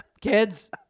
kids